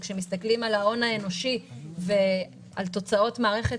וכאשר מסתכלים על ההון האנושי ועל תוצאות מערכת